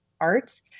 art